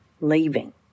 leaving